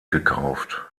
gekauft